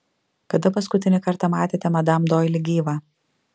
kada paskutinį kartą matėte madam doili gyvą